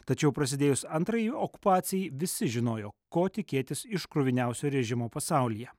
tačiau prasidėjus antrajai okupacijai visi žinojo ko tikėtis iš kruviniausio režimo pasaulyje